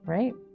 Right